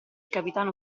capitano